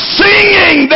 singing